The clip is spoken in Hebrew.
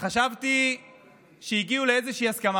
וחשבתי שהגיעו לאיזו הסכמה.